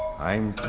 i'm.